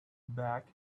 back